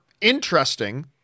interesting